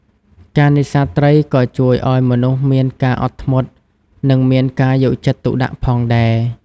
ការនេសាទត្រីក៏ជួយឱ្យមនុស្សមានការអត់ធ្មត់និងមានការយកចិត្តទុកដាក់ផងដែរ។